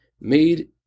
made